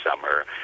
summer